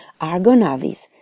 Argonavis